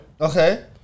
Okay